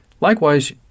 Likewise